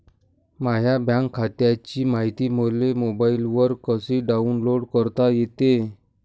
माह्या बँक खात्याची मायती मले मोबाईलवर कसी डाऊनलोड करता येते?